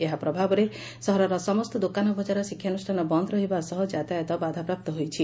ଏହାର ପ୍ରଭାବରେ ସହରର ସମସ୍ତ ଦୋକାନ ବଜାର ଶିକ୍ଷାନୁଷ୍ଠାନ ବନ୍ଦ ରହିବା ସହ ଯାତାୟାତ ବାଧାପ୍ରାପ୍ତ ହୋଇଛି